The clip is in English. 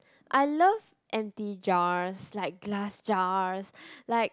I love empty jars like glass jars like